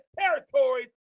territories